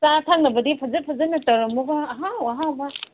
ꯆꯥ ꯊꯛꯅꯕꯗꯤ ꯐꯖ ꯐꯖꯅ ꯇꯧꯔꯝꯃꯨꯀꯣ ꯑꯍꯥꯎ ꯑꯍꯥꯎꯕ